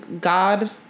God